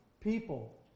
people